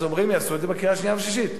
אז אומרים לי: יעשו את בקריאה השנייה והשלישית.